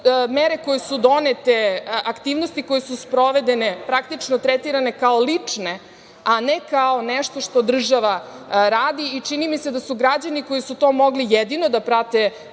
mere koje su donete, aktivnosti koje su sprovedene, praktično tretirane kao lične, a ne kao nešto što država radi i čini mi se da su građani koji su to mogli jedino da prate